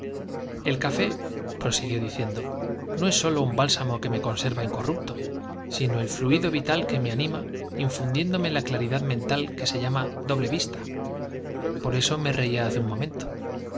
el café diciendo prosiguió sólo no es un bálsamo que me conserva incorrupto sino el fluido vital que me anima in fundiéndome la claridad mental que se llama doble vista por eso me reía hace un momento